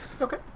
Okay